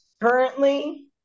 Currently